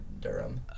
Durham